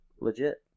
legit